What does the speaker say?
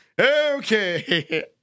Okay